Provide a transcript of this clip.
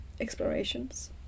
explorations